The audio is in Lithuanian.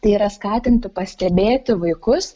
tai yra skatinti pastebėti vaikus